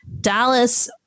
Dallas